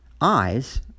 eyes